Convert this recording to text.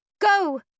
Go